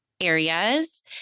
areas